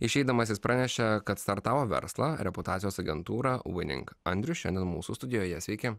išeidamas jis pranešė kad startavo verslą reputacijos agentūrą vining andrius šiandien mūsų studijoje sveiki